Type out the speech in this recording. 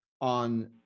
on